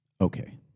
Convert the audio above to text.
Okay